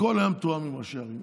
הכול היה מתואם עם ראשי ערים.